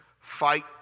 fight